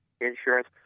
insurance